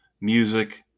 music